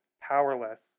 powerless